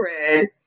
red